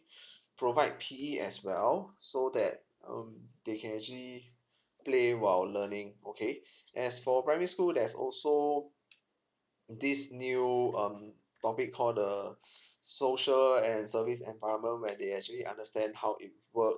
provide P as well so that um they can actually play while learning okay as for primary school there's also this new um topic called the social and service environment where they actually understand how it work